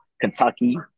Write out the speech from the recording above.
Kentucky